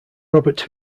robert